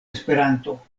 esperanto